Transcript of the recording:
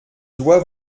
doit